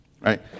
right